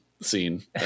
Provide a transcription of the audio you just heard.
scene